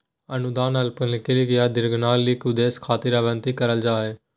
अनुदान अल्पकालिक या दीर्घकालिक उद्देश्य खातिर आवंतित करल जा हय